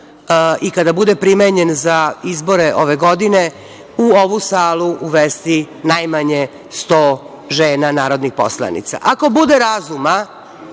i kada bude primenjen za izbore ove godine u ovu salu uvesti najmanje 100 žena narodnih poslanica. Ako bude razuma,